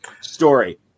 story